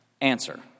Answer